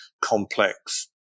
complex